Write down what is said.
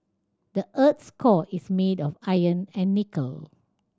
the earth's core is made of iron and nickel